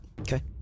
Okay